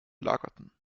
lagerten